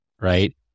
right